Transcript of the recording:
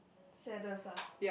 saddest ah